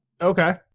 Okay